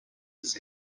his